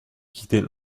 quitter